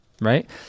Right